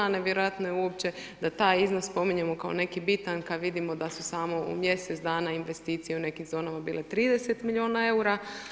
A nevjerojatno je uopće da taj iznos spominjemo kao neki bitan, kad vidimo da su u samo mjesec dana investicije u nekim zonama bile 30 milijuna eura.